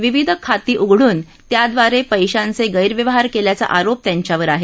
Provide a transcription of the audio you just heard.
विविध खाती उघडून त्याद्वारे पैशांचे गैरव्यवहार केल्याचा आरोप त्यांच्यावर आहे